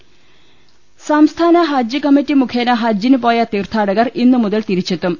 ൾ ൽ ൾ സംസ്ഥാന ഹജ്ജ് കമ്മിറ്റി മുഖേന ഹജ്ജിന് പോയ തീർത്ഥാടകർ ഇന്ന് മുതൽ തിരിച്ചെത്തും